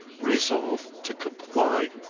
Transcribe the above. resolve to comply.